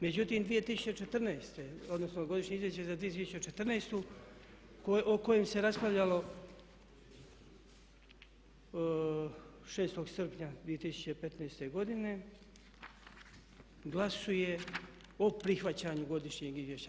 Međutim, 2014. odnosno Godišnje izvješće za 2014. o kojem se raspravljalo 6. srpnja 2015. godine glasuje se o prihvaćanju godišnjeg izvješća.